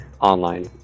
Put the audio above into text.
online